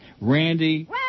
Randy